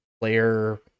player